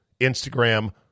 Instagram